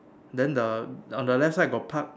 then the on the left side got Park